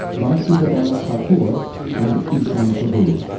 vamsivadana thakur and ishan prabhu.